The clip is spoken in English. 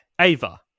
Ava